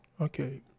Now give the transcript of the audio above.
Okay